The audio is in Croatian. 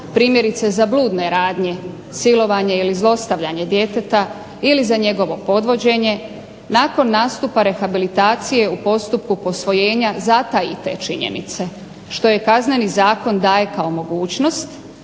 primjerice za bludne radnje, silovanje ili zlostavljanje djeteta ili za njegovo podvođenje, nakon nastupa rehabilitacije u postupku posvojenja zataji te činjenice, što je Kazneni zakon daje kao mogućnost,